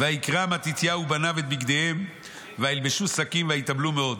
ויקרע מתתיהו ובניו את בגדיהם וילבשו שקים ויתאבלו מאוד: